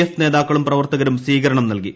F നേതാക്കളും പ്രവർത്തകരും സ്വീകരണം നൽകി